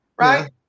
right